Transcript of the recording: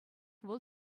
вӑл